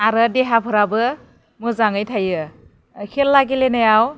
आरो देहाफ्राबो मोजाङै थायो खेला गेलेनायाव